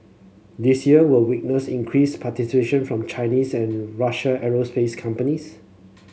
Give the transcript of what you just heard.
this year will witness increased participation from Chinese and Russian aerospace companies